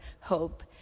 hope